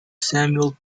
samuel